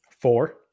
Four